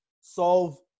Solve